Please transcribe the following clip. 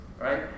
right